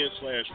slash